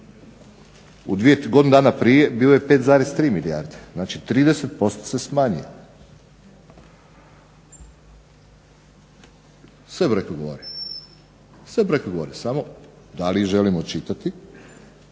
godinu dana prije bilo je 5,3 milijardi znači 30% se smanjilo. Sve brojke govore, sve brojke govore samo da li želimo čitati